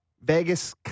Vegas